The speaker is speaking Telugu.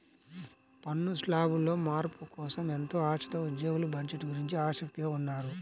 పన్ను శ్లాబుల్లో మార్పుల కోసం ఎంతో ఆశతో ఉద్యోగులు బడ్జెట్ గురించి ఆసక్తిగా ఉన్నారు